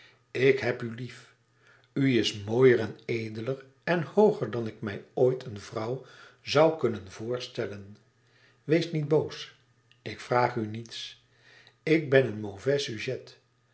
ik heb u lief u is mooier en edeler en hooger dan ik mij ooit een vrouw zoû kunnen voorstellen wees niet boos ik vraag u niets ik ben een